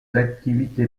activités